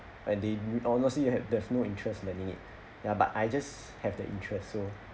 and they honestly you have there's no interest learning it ya but I just have the interest so